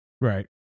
Right